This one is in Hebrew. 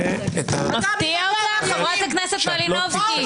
מפתיע אותך, חברת הכנסת מלינובסקי?